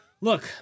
Look